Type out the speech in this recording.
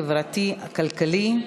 החברתי והכלכלי,